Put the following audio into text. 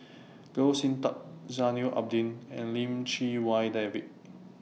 Goh Sin Tub Zainal Abidin and Lim Chee Wai David